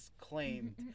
claimed